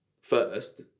first